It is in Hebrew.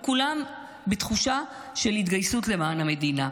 וכולם בתחושה של התגייסות למען המדינה.